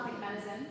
medicine